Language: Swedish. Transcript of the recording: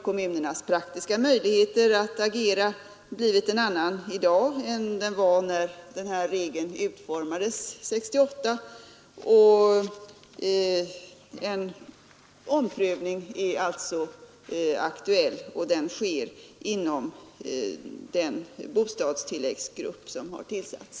Kommunernas praktiska möjligheter att agera har ju blivit en annan i dag än den var när regeln utformades 1968. En omprövning är alltså aktuell, och den görs inom den bostadstilläggsgrupp som har tillsatts.